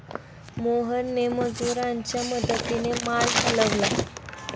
मोहनने मजुरांच्या मदतीने माल हलवला